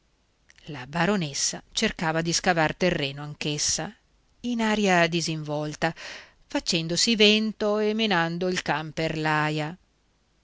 la baronessa cercava di scavar terreno anch'essa in aria disinvolta facendosi vento e menando il can